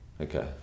Okay